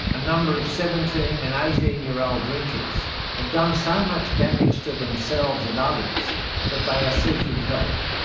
a number of seventeen and eighteen year old drinkers have done so much damage to themselves and others that they are seeking help,